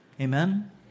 Amen